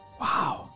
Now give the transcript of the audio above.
Wow